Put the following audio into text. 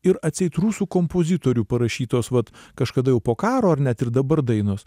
ir atseit rusų kompozitorių parašytos vat kažkada jau po karo ar net ir dabar dainos